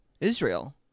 Israel